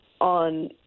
on